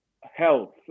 health